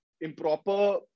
improper